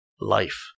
life